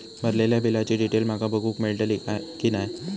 भरलेल्या बिलाची डिटेल माका बघूक मेलटली की नाय?